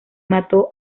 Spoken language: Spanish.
mató